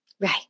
right